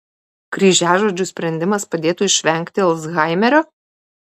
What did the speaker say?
kryžiažodžių sprendimas padėtų išvengti alzhaimerio